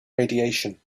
radiation